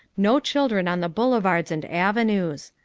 no children on the boulevards and avenues.